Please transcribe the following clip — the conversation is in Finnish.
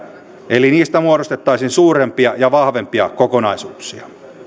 eli niistä muodostettaisiin suurempia ja vahvempia kokonaisuuksia